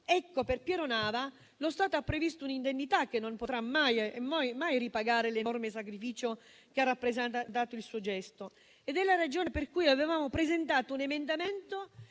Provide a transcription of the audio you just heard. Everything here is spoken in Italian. Ebbene, per Piero Nava lo Stato ha previsto un'indennità che non potrà mai e poi mai ripagare l'enorme sacrificio che ha rappresentato il suo gesto ed è la ragione per cui avevamo presentato un emendamento